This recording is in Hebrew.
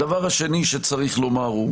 הדבר השני שצריך לומר הוא